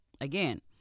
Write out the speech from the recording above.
Again